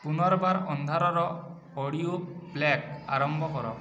ପୁନର୍ବାର ଅନ୍ଧାରର audio play ଆରମ୍ଭ କର